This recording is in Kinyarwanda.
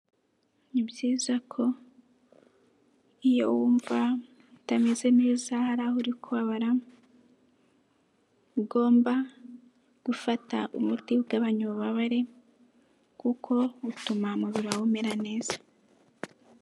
Ni byiza ko iyo wumva utameze neza, hari aho uri kubabara, ugomba gufata umuti ugabanya ububabare, kuko bituma umubiri wawe umera neza.